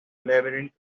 labyrinth